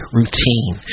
routine